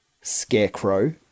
Scarecrow